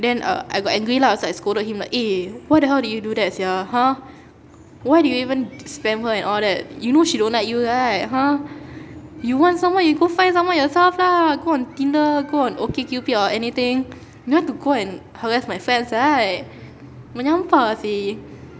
then err I got angry lah so I scolded him like eh why the hell did you do that sia !huh! why did you even spam her and all that you know she don't like you right !huh! you want someone you go find someone yourself lah go on tinder go on okcupid or anything you want to go and harass my friends right menyampah seh